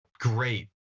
great